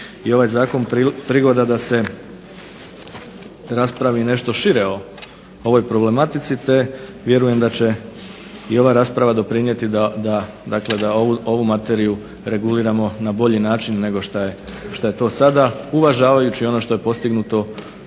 i ovaj Zakon prigoda da se raspravi nešto šire o ovoj problematici te vjerujem da će ova rasprava doprinijeti da ovu materiju reguliramo na bolji način nego što je to do sada. Uvažavajući ono što je postignuti u